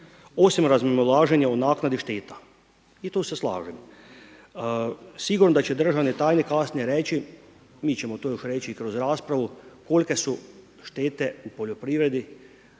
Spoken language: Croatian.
osim razmimoilaženja u naknadi šteta. I tu se slažem. Sigurno da će državni tajnik kasnije reći, mi ćemo još to reći kroz raspravu kolike su štete u poljoprivredi.